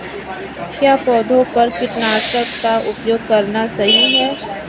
क्या पौधों पर कीटनाशक का उपयोग करना सही है?